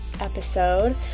episode